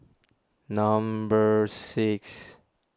number six